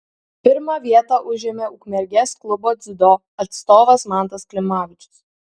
pirmą vietą užėmė ukmergės klubo dziudo atstovas mantas klimavičius